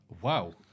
Wow